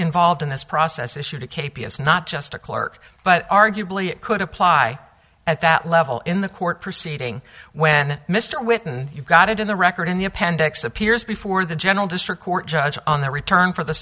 involved in this process issued a k p s not just a clerk but arguably it could apply at that level in the court proceeding when mr whitten you've got it in the record in the appendix appears before the general district court judge on the return for the